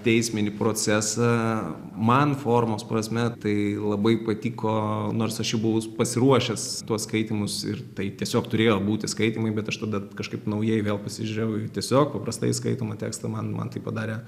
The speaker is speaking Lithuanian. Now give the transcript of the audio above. teisminį procesą man formos prasme tai labai patiko nors aš jau buvau pasiruošęs tuos skaitymus ir tai tiesiog turėjo būti skaitymai bet aš tada kažkaip naujai vėl pasižiūrėjau tiesiog paprastai skaitomą tekstą man man tai padarė